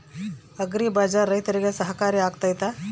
Agri bazaar ರೈತರಿಗೆ ಸಹಕಾರಿ ಆಗ್ತೈತಾ?